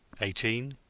eighteen?